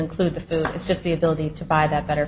include the food it's just the ability to buy that better